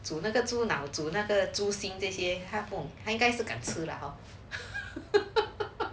煮那个猪脑煮那个猪心这些他还应该是敢吃 lah hor